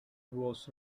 boss